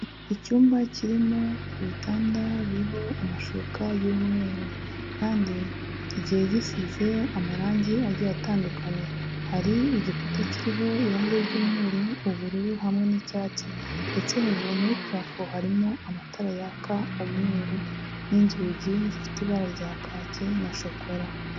Icyumba kirimo ibitanda biriho amashuka y'umweru. Kandi kigiye gisize amarangi agiye atandukanye. Hari igikuta kiriho irangi ry'umweru, ubururu hamwe n'icyatsi. Ndetse hejuru muri parafo harimo amatara yaka umweru. N'inzugi zifite ibara rya kaki na shokora.